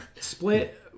Split